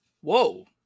Whoa